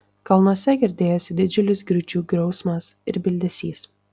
kalnuose girdėjosi didžiulis griūčių griausmas ir bildesys